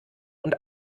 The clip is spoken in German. und